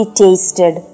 tasted